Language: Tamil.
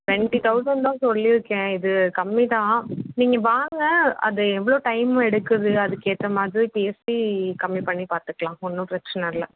ட்வெண்ட்டி தௌசண்ட் தான் சொல்லிருக்கேன் இது கம்மி தான் நீங்கள் வாங்க அது எவ்வளோ டைமு எடுக்குது அதுக்கேற்ற மாதிரி பேசி கம்மி பண்ணி பார்த்துக்கலாம் ஒன்றும் பிரச்சின இல்லை